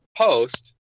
post